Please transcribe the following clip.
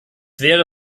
wäre